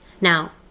Now